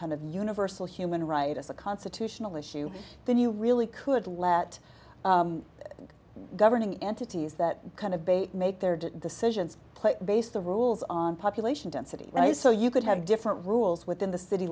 kind of universal human rights as a constitutional issue then you really could let governing entities that kind of beit make their decisions based the rules on population density so you could have different rules within the city